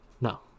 No